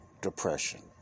Depression